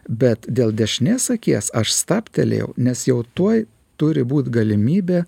bet dėl dešinės akies aš stabtelėjau nes jau tuoj turi būt galimybė